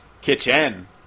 Kitchen